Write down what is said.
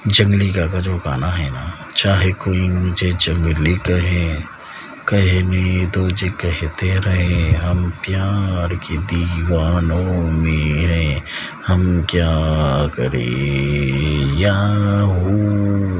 جنگلی کا کا جو گانا ہے نا چاہے کوئی مجھے جنگلی کہے کہنے دو جو کہتے رہیں ہم پیار کے دیوانوں میں ہیں ہم کیا کرے یاہو